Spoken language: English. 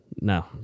No